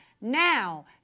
now